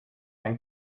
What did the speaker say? ein